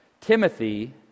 Timothy